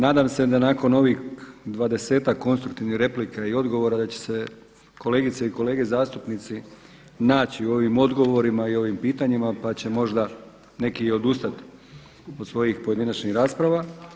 Nadam se da nakon ovih dvadesetak konstruktivnih replika i odgovora da će se kolegice i kolege zastupnici naći u ovim odgovorima i u ovim pitanjima, pa će možda neki i odustati od svojih pojedinačnih rasprava.